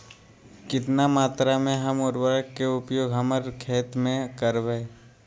कितना मात्रा में हम उर्वरक के उपयोग हमर खेत में करबई?